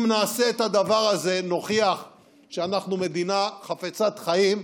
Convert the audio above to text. אם נעשה את הדבר הזה נוכיח שאנחנו מדינה חפצת חיים.